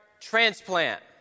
transplant